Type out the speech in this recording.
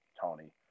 Tony